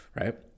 right